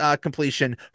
completion